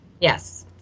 yes